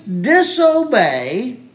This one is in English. disobey